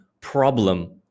problem